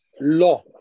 law